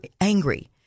angry